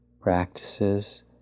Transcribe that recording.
practices